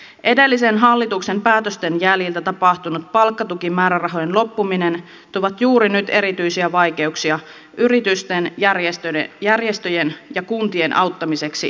edellisen hallituksen päätösten jäljiltä tapahtunut palkkatukimäärärahojen loppuminen tuo juuri nyt erityisiä vaikeuksia yritysten järjestöjen ja kuntien auttamiseksi työllistämisessä